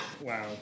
Wow